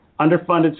underfunded